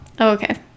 Okay